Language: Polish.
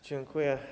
Dziękuję.